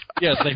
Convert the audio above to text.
Yes